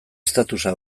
statusa